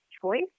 choice